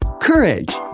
courage